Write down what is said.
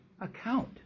account